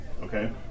okay